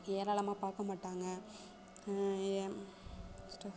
ஏளனமாக பார்க்கமாட்டாங்க யம்